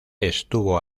estuvo